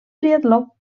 triatló